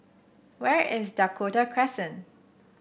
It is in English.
where is Dakota Crescent